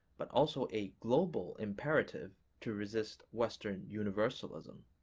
but also a global imperative to resist western universalism.